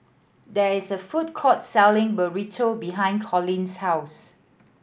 there is a food court selling Burrito behind Coley's house